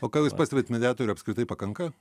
o ką jūs pastebit mediatorių apskritai pakanka